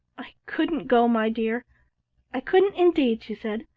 i couldn't go, my dear i couldn't indeed, she said.